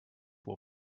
will